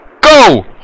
go